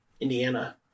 Indiana